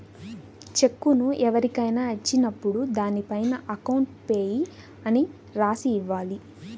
చెక్కును ఎవరికైనా ఇచ్చినప్పుడు దానిపైన అకౌంట్ పేయీ అని రాసి ఇవ్వాలి